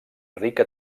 rica